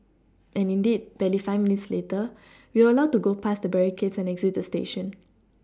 and indeed barely five minutes later we were allowed to go past the barricades and exit the station